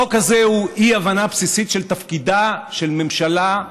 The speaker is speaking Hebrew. החוק הזה הוא אי-הבנה בסיסית של תפקידה של ממשלה,